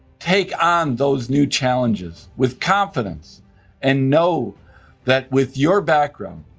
take on those new challenges with confidence and know that with your background,